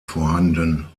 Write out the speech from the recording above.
vorhanden